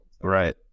Right